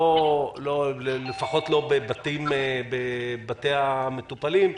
לפחות לא בבתי המטופלים.